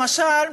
למשל,